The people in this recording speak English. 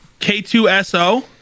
K2SO